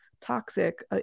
Toxic